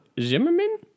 Zimmerman